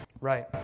Right